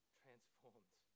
transformed